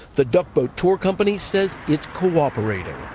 the duck boat tour company says it's cooperating.